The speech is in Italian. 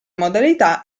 modalità